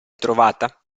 trovata